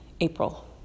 April